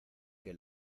que